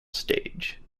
stage